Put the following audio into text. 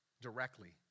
directly